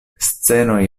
scenoj